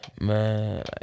Man